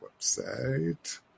website